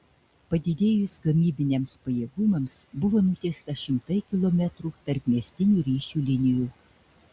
padidėjus gamybiniams pajėgumams buvo nutiesta šimtai kilometrų tarpmiestinių ryšių linijų